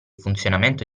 funzionamento